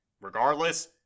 Regardless